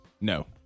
No